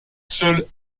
seule